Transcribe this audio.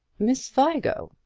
miss vigo!